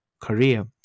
career